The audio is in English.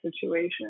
situation